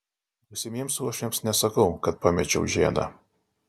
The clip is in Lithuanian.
būsimiems uošviams nesakau kad pamečiau žiedą